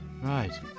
Right